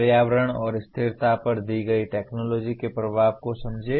पर्यावरण और स्थिरता पर दी गई टेक्नोलॉजी के प्रभाव को समझें